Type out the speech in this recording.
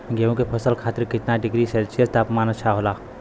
गेहूँ के फसल खातीर कितना डिग्री सेल्सीयस तापमान अच्छा होला?